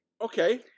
Okay